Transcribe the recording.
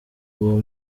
uwo